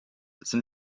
sind